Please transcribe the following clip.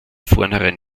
vornherein